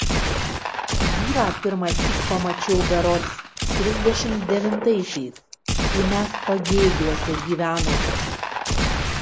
jūrą pirmąsyk pamačiau berods trisdešimt devintaisiais kai mes pagėgiuose gyvenome